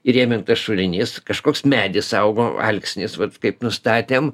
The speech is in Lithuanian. įrėmintas šulinys kažkoks medis augo alksnis vat kaip nustatėm